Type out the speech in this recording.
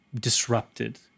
disrupted